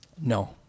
No